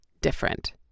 different